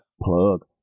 Plug